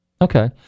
Okay